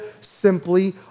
simply